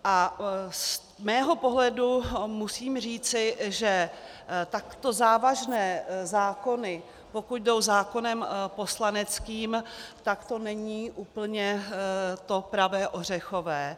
A z mého pohledu musím říci, že takto závažné zákony, pokud jdou zákonem poslaneckým, tak to není úplně pravé ořechové.